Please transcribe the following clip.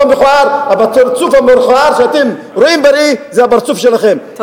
והפרצוף המכוער שאתם רואים בראי זה הפרצוף שלכם,